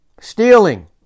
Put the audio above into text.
Stealing